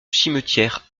cimetière